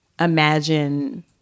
imagine